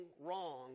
wrong